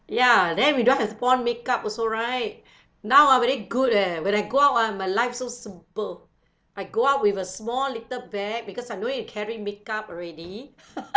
ya then we don't have to put on makeup also right now ah very good leh when I go out ah my life is so simple I go out with a small little bag because I no need to carry makeup already